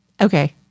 Okay